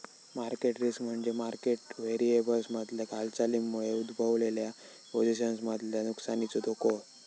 market risk म्हणजे market व्हेरिएबल्समधल्या हालचालींमुळे उद्भवलेल्या पोझिशन्समधल्या नुकसानीचो धोको